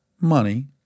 Money